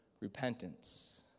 repentance